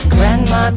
Grandma